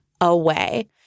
away